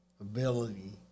ability